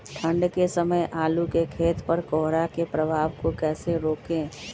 ठंढ के समय आलू के खेत पर कोहरे के प्रभाव को कैसे रोके?